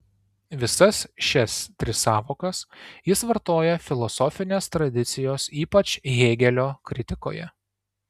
visas šias tris sąvokas jis vartoja filosofinės tradicijos ypač hėgelio kritikoje